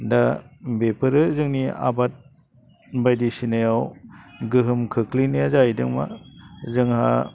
दा बेफोरो जोंनि आबाद बायदिसिनायाव गोहोम खोख्लैनाया जाहैदों मा जोंहा